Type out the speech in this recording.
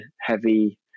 heavy